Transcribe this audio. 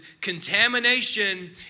Contamination